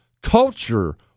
Culture